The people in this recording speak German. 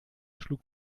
schlug